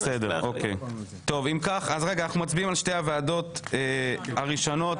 אם כך, אנחנו מצביעים על שתי הוועדות הראשונות.